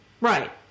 Right